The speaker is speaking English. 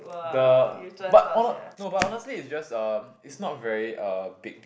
the but hon~ no but honestly is just uh it's not very uh big